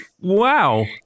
Wow